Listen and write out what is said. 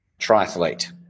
triathlete